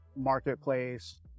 marketplace